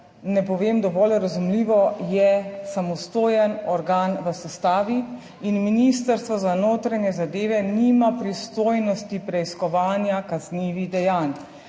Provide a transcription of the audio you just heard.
ne povem dovolj razumljivo, je samostojen organ v sestavi in Ministrstvo za notranje zadeve nima pristojnosti preiskovanja kaznivih dejanj.